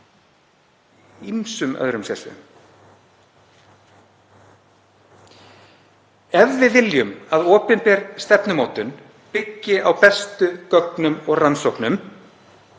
ýmsum öðrum sérsviðum. Ef við viljum að opinber stefnumótun byggi á bestu gögnum og rannsóknum